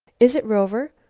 is it rover,